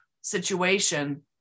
situation